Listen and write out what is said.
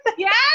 yes